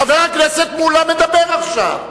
חבר הכנסת מולה מדבר עכשיו.